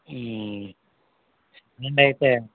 సరే అండి అయితే